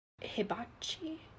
hibachi